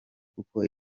kuko